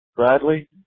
Bradley